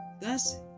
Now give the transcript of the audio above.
Thus